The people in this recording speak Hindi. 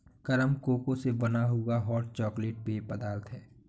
गरम कोको से बना हुआ हॉट चॉकलेट पेय पदार्थ है